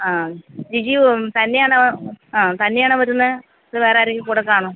ആ വിജി തന്നെയാണോ ആ തന്നെയാണോ വരുന്നത് വേറെ ആരെങ്കിലും കൂടെ കാണുമോ